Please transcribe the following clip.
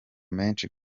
menshi